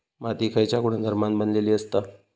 माती खयच्या गुणधर्मान बनलेली असता?